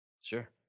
Sure